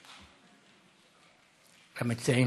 המציעים.